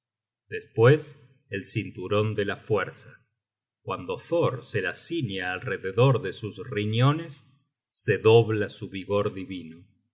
despues el cinturon de la fuerza cuando thor se le ciñe alrededor de sus riñones se dobla su vigor divino